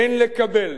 אין לקבל,